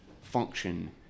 function